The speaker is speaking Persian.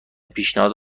پیشنهاد